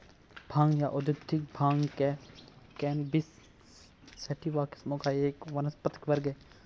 भांग या औद्योगिक भांग कैनबिस सैटिवा किस्मों का एक वानस्पतिक वर्ग है